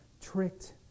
tricked